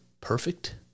perfect